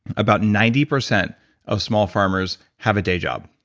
about ninety percent of small farmers have a day job,